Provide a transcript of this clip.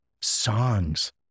songs